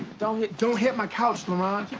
don't hit don't hit my couch, laron.